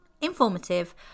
informative